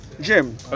Jim